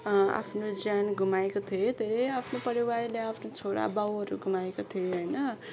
आफ्नो ज्यान गुमाएको थिए धेरै आफ्नो परिवारले आफ्नो छोरा बाउहरू गुमाएको थिए होइन